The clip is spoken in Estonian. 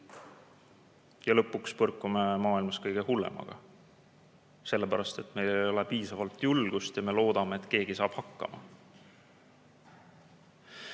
ja lõpuks põrkume maailmas kõige hullemaga, sellepärast et meil ei ole piisavalt julgust ja me loodame, et keegi saab hakkama?